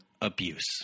abuse